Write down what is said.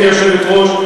גברתי היושבת-ראש,